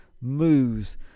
moves